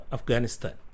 Afghanistan